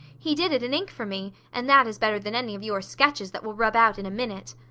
he did it in ink for me and that is better than any of your sketches, that will rub out in a minute.